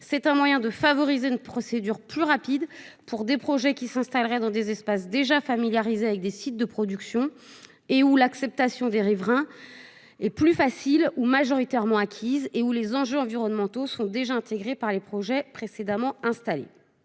est un moyen de favoriser une procédure plus rapide pour des projets qui s'installeraient dans des espaces déjà familiarisés avec des sites de production, où l'acceptation des riverains serait plus facile, voire majoritairement acquise, et où les enjeux environnementaux ont déjà été intégrés par les implantations précédentes.